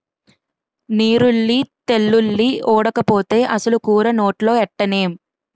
నీరుల్లి తెల్లుల్లి ఓడకపోతే అసలు కూర నోట్లో ఎట్టనేం